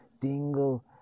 Dingle